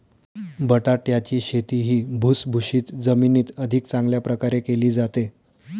बटाट्याची शेती ही भुसभुशीत जमिनीत अधिक चांगल्या प्रकारे केली जाते